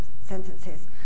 sentences